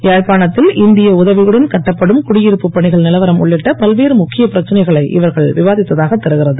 யாழ்ப்பாணத்தில் இந்திய உதவியுடன் கட்டப்படும் குடியிருப்புப் பணிகள் நிலவரம் உள்ளிட்ட பல்வேறு முக்கிய பிரச்சனைகளை இவர்கள் விவாதித்ததாக தெரிகிறது